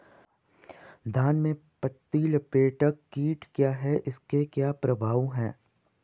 धान में पत्ती लपेटक कीट क्या है इसके क्या प्रभाव हैं?